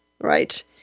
right